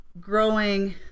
growing